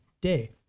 day